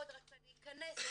מאוד רצה להכנס,